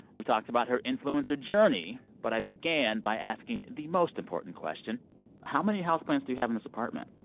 we talked about her influencer journey, but i began by asking the most important question how many houseplants do you have in this apartment?